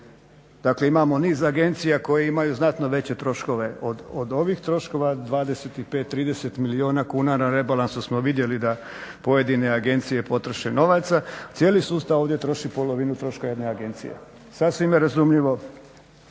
Dakle, imamo niz agencije koje imaju znatno veće troškove od ovih troškova, 25, 30 milijuna kuna na rebalansu smo vidjeli da pojedine agencije potroše novaca. Cijeli sustav ovdje troši polovinu troška jedne agencije. Sasvim je razumljivo